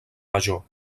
major